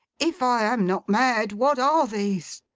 if i am not mad, what are these